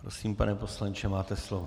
Prosím, pane poslanče, máte slovo.